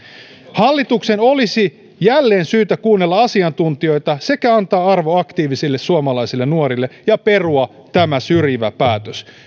hallituksen olisi jälleen syytä kuunnella asiantuntijoita sekä antaa arvo aktiivisille suomalaisille nuorille ja perua tämä syrjivä päätös